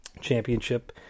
Championship